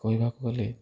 କହିବାକୁ ଗଲେ